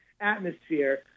atmosphere